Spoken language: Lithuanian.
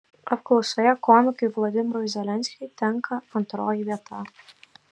apklausoje komikui vladimirui zelenskiui tenka antroji vieta